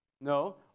No